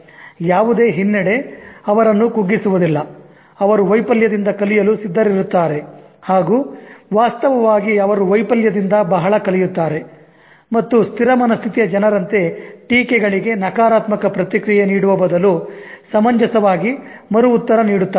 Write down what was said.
ಯಾವುದೇ ಹಿನ್ನಡೆ ಅವರನ್ನು ಕುಗ್ಗಿಸುವುದಿಲ್ಲ ಅವರು ವೈಫಲ್ಯದಿಂದ ಕಲಿಯಲು ಸಿದ್ಧರಿರುತ್ತಾರೆ ಹಾಗೂ ವಾಸ್ತವವಾಗಿ ಅವರು ವೈಫಲ್ಯದಿಂದ ಬಹಳ ಕಲಿಯುತ್ತಾರೆ ಮತ್ತು ಸ್ಥಿರ ಮನಸ್ಥಿತಿಯ ಜನರಂತೆ ಟೀಕೆಗಳಿಗೆ ನಕಾರಾತ್ಮಕ ಪ್ರತಿಕ್ರಿಯೆ ನೀಡುವ ಬದಲು ಸಮಂಜಸವಾಗಿ ಮರು ಉತ್ತರ ನೀಡುತ್ತಾರೆ